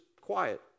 quiet